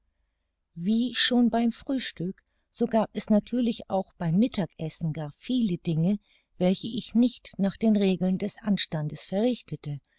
wie schon beim frühstück so gab es natürlich auch beim mittagessen gar viele dinge welche ich nicht nach den regeln des anstandes verrichtete